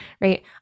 right